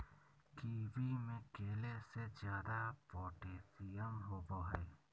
kiwi में केले से ज्यादा पोटेशियम होबो हइ